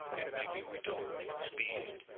and maybe we don't need speed,